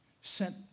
sent